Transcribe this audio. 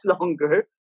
longer